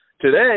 today